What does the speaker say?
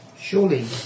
Surely